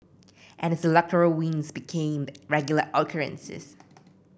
and his electoral wins became regular occurrences